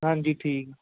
ਹਾਂਜੀ ਠੀਕ